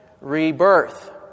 rebirth